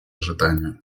ожидания